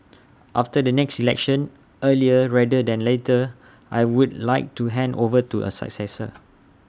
after the next election earlier rather than later I would like to hand over to A successor